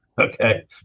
okay